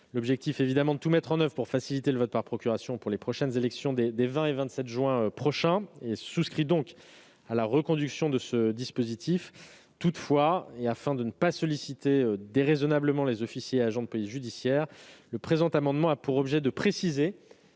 partage la volonté de tout mettre en oeuvre pour faciliter le vote par procuration aux prochaines élections des 20 et 27 juin 2021 et souscrit donc à la reconduction de ce dispositif. Toutefois, afin de ne pas solliciter déraisonnablement les officiers et agents de police judiciaire, le présent amendement a pour objet de préciser